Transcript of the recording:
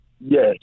Yes